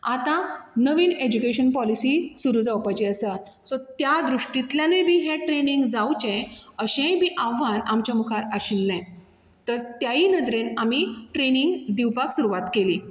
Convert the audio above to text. आतां नवीन education policy सुरू जावपाची आसात सो त्या दृश्टील्यान बी हें ट्रेनिंग जावचें अशें बी आव्हान आमच्या मुखार आशिल्लें तर त्या नदरेन आमी ट्रेनिंग दिवपाक सुरवात केली